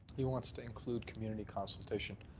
he wants to include community consultation.